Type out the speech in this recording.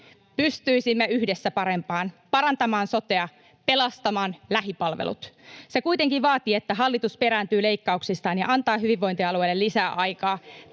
Pystyisimme yhdessä parempaan, parantamaan sotea, pelastamaan lähipalvelut. Se kuitenkin vaatii, että hallitus perääntyy leikkauksistaan [Ben Zyskowicz: Perääntyy